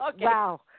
Wow